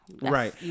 Right